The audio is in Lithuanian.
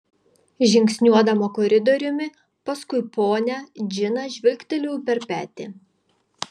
žingsniuodama koridoriumi paskui ponią džiną žvilgteliu per petį